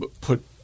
put